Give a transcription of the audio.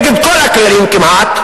נגד כל הכללים כמעט,